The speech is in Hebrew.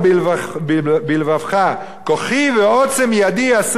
בלבבך כוחי ועוצם ידי עשה לי את החיל הזה.